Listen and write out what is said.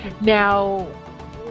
Now